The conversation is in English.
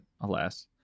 alas